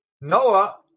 Noah